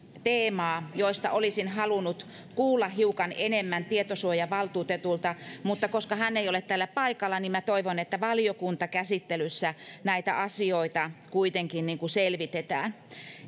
teemaa joista olisin halunnut kuulla hiukan enemmän tietosuojavaltuutetulta mutta koska hän ei ole täällä paikalla niin toivon että valiokuntakäsittelyssä näitä asioita kuitenkin selvitetään